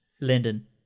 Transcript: Linden